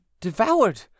devoured